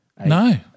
No